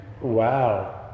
Wow